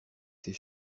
ses